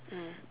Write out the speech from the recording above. mm